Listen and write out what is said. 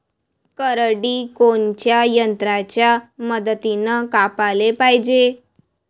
करडी कोनच्या यंत्राच्या मदतीनं कापाले पायजे?